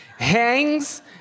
hangs